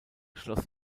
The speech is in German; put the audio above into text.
schloss